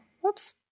Whoops